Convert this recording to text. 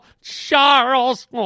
Charles